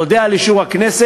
אודה על אישור הכנסת.